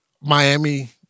Miami